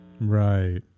Right